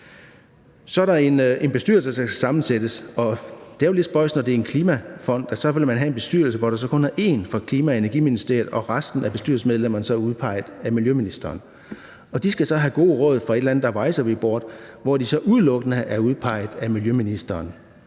Så er der en bestyrelse, der skal sammensættes, og det er jo lidt spøjst, når det er en klimafond, at man så vil have en bestyrelse, hvor der kun er én fra Klima- og Energiministeriet, og at resten af bestyrelsesmedlemmerne så er udpeget af miljøministeren, og de skal så have gode råd fra et eller andet advisory board, hvor de udelukkende er udpeget af miljøministeren.